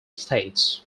states